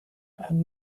add